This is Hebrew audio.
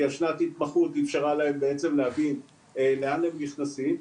כי השנת התמחות בעצם אפשרה להם להבין לאן הם נכנסים.